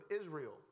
israel